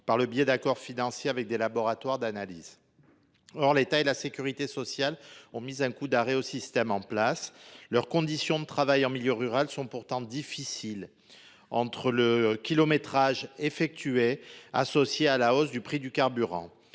par le biais d’accords financiers avec des laboratoires d’analyse. Or l’État et la sécurité sociale ont mis un coup d’arrêt au système en place. Leurs conditions de travail en milieu rural sont pourtant difficiles, eu égard au nombre de kilomètres effectués et à la hausse du prix du carburant.